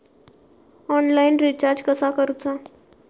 Online recharge कसा करूचा?